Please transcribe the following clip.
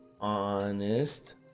honest